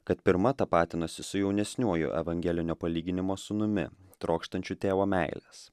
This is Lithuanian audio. kad pirma tapatinosi su jaunesniuoju evangelinio palyginimo sūnumi trokštančiu tėvo meilės